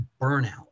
burnout